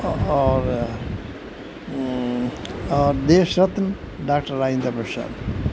اور اور دیش رتن ڈاکٹر راجندر پرساد